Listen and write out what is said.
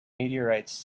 meteorites